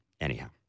Anyhow